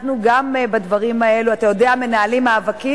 אנחנו גם בדברים האלה, אתה יודע, מנהלים מאבקים.